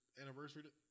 anniversary